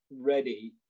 Ready